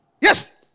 Yes